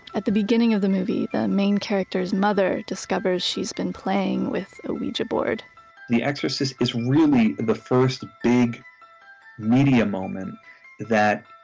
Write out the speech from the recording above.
at the beginning of the movie, the main character's mother discovers she's been playing with a ouija board the exorcist is really the first big media moment that